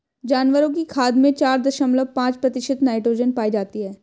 जानवरों की खाद में चार दशमलव पांच प्रतिशत नाइट्रोजन पाई जाती है